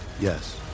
Yes